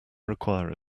require